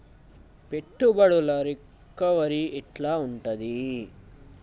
పెట్టుబడుల రికవరీ ఎట్ల ఉంటది?